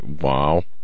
wow